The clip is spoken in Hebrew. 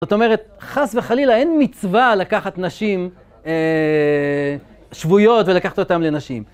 זאת אומרת, חס וחלילה, אין מצווה לקחת נשים שבויות ולקחת אותם לנשים.